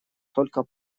только